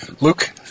Luke